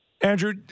Andrew